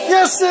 Yes